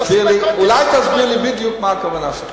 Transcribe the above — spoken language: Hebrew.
אולי תסביר לי בדיוק מה הכוונה שלך.